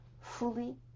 fully